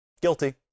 guilty